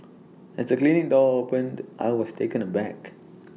as the clinic door opened I was taken aback